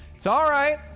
it's alright.